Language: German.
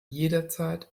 jederzeit